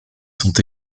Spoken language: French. sont